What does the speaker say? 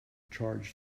charge